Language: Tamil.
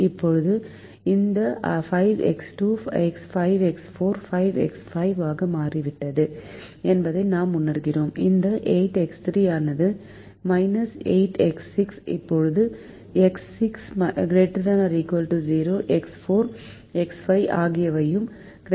இப்போது இந்த 5X2 5X4 5X5 ஆக மாறிவிட்டது என்பதை நாம் உணர்கிறோம் இந்த 8X3 ஆனது 8X6 இப்போது X6 ≥ 0 X4 X5 ஆகியவையும் ≥ 0